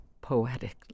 poetic